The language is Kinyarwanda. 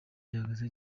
gihagaze